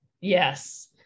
yes